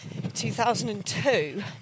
2002